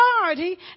authority